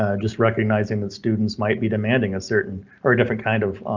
ah just recognizing that students might be demanding a certain or a different kind of